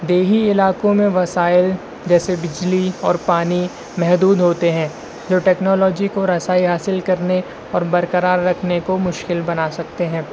دیہی علاقوں میں وسائل جیسے بجلی اور پانی محدود ہوتے ہیں جو ٹکنالوجی کو رسائی حاصل کرنے اور برقرار رکھنے کو مشکل بنا سکتے ہیں